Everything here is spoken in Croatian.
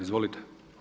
Izvolite.